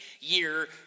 year